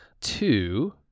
Two